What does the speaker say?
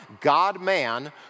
God-man